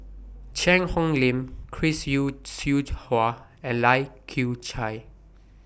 Cheang Hong Lim Chris Yeo Siew Hua and Lai Kew Chai